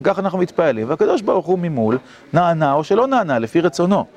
כך אנחנו מתפללים, והקדוש ברוך הוא ממול נענה או שלא נענה, לפי רצונו.